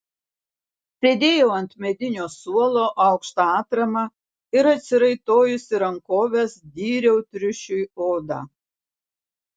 sėdėjau ant medinio suolo aukšta atrama ir atsiraitojusi rankoves dyriau triušiui odą